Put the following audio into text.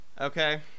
Okay